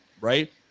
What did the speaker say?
right